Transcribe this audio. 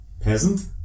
peasant